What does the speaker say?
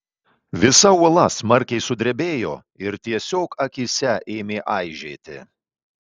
visa uola smarkiai sudrebėjo ir tiesiog akyse ėmė aižėti